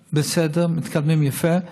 בסדר, מתקדמים יפה.